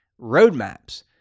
roadmaps